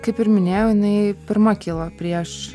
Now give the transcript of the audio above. kaip ir minėjau jinai pirma kilo prieš